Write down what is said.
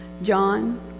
John